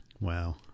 Wow